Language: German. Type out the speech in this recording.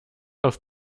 auf